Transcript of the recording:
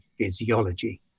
physiology